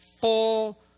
full